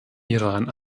iran